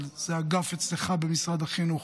אבל זה אגף אצלך במשרד החינוך,